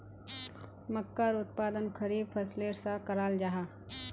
मक्कार उत्पादन खरीफ फसलेर सा कराल जाहा